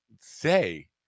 say